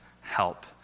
help